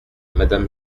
madame